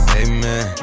amen